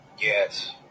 Yes